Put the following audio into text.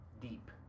deep